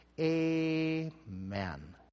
Amen